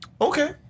Okay